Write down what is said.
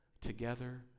together